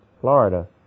Florida